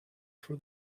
for